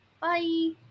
Bye